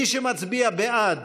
מי שמצביע בעד,